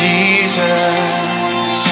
Jesus